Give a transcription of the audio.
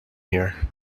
here